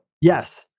Yes